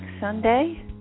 Sunday